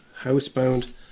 housebound